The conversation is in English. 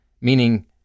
meaning